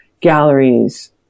galleries